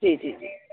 जी जी जी